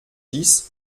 dix